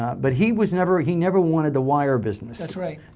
but he was never, he never wanted the wire business. that's right.